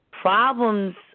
problems